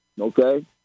okay